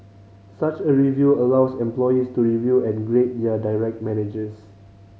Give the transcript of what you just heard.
such a review allows employees to review and grade their direct managers